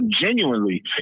genuinely